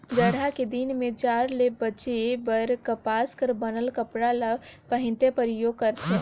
जड़हा के दिन में जाड़ ले बांचे बर कपसा कर बनल कपड़ा ल पहिनथे, परयोग करथे